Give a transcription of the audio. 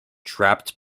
trapped